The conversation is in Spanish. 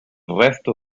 resto